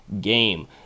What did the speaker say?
game